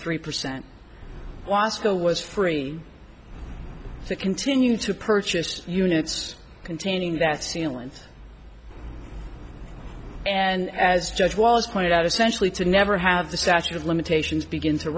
three percent wasco was free to continue to purchase units containing that sealant and as judge was pointed out essentially to never have the statute of limitations begin to